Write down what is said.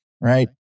right